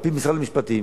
על-פי משרד המשפטים